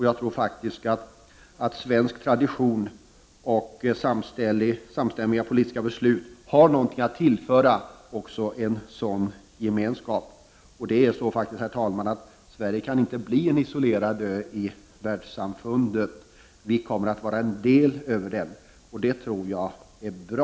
Jag tror faktiskt att svensk tradition och ofta samstämmiga politiska beslut har någonting att tillföra också en sådan gemenskap. Sverige kan inte vara en isolerad ö i världssamfundet. Vi kommer att vara en del av det, och det tror jag är bra.